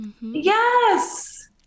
Yes